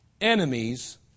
enemies